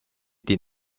did